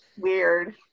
weird